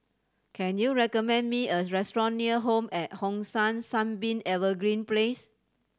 can you recommend me a restaurant near Home at Hong San Sunbeam Evergreen Place